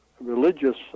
religious